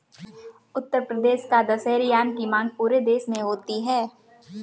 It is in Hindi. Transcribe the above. उत्तर प्रदेश का दशहरी आम की मांग पूरे देश में होती है